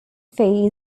fee